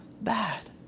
bad